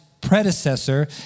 Predecessor